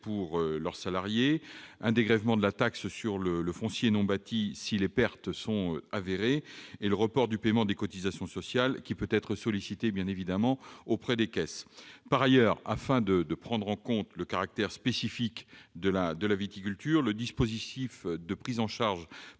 pour les salariés, dégrèvement de la taxe sur le foncier non bâti si les pertes sont avérées, demande de report du paiement des cotisations sociales auprès des caisses. Par ailleurs, afin de prendre en compte le caractère spécifique de la viticulture, le dispositif de prise en charge